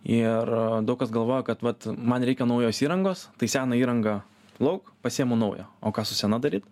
ir daug kas galvoja kad vat man reikia naujos įrangos tai seną įrangą lauk pasiimu naujo o ką su sena daryt